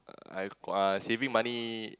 uh I uh saving money